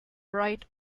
bright